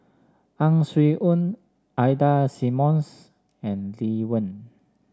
Ang Swee Aun Ida Simmons and Lee Wen